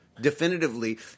definitively